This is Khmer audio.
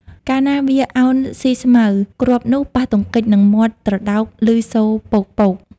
កាលណាវាឱនស៊ីស្មៅគ្រាប់នោះប៉ះទង្គិចនឹងមាត់ត្រដោកឮសូរប៉ូកៗ។